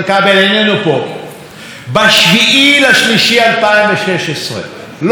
ביקשתי דיון דחוף מחברי חבר הכנסת איתן כבל בוועדת הכלכלה.